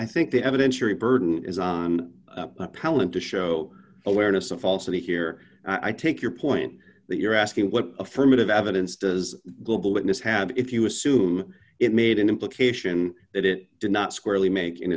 i think the evidence your burden is on appellant to show awareness of falsity here i take your point that you're asking what affirmative evidence does global witness had if you assume it made an implication that it did not squarely make